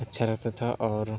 اچھا لگتا تھا اور